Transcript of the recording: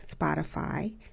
Spotify